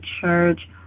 church